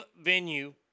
venue